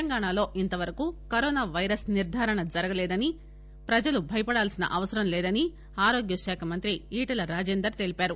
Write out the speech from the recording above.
తెలంగాణలో ఇంతవరకు corona virus నిర్ధారణ జరగలేదని ప్రజలు భయపడాల్సిన అవసరం లేదని ఆరోగ్య శాఖ మంత్రి ఈటల రాజేందర్ తెలిపారు